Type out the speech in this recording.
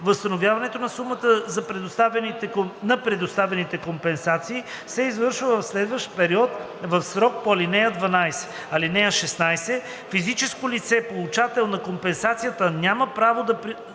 възстановяването на сумата на предоставените компенсации се извършва в следващ период в срока по ал. 12. (16) Физическо лице – получател по компенсацията, няма право на